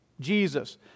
Jesus